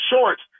shorts